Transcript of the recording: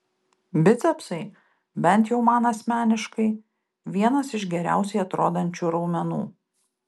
bicepsai bent jau man asmeniškai vienas iš geriausiai atrodančių raumenų